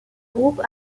groupe